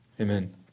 Amen